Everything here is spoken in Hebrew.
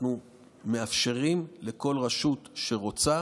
אנחנו מאפשרים לכל רשות שרוצה